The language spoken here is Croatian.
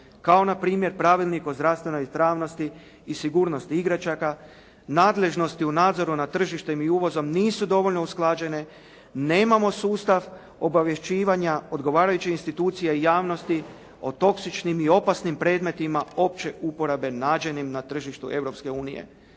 kao na primjer Strategija o zdravstvenoj ispravnosti i sigurnosti igračaka, nadležnosti u nadzoru nad tržištem i uvozom nisu dovoljno usklađene, nemamo sustav obavješćivanja odgovarajuće institucije i javnosti o toksičnim i opasnim predmetima opće uporabe nađenim na tržištu